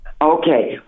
Okay